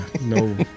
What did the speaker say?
No